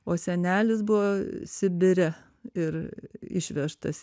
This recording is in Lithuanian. o senelis buvo sibire ir išvežtas